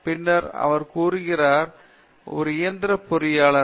பின்னர் அவர் கூறுகிறார் அவர் ஒரு இயந்திர பொறியியலாளர்